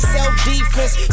self-defense